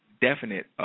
definite